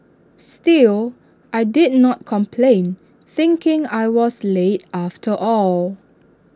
still I did not complain thinking I was late after all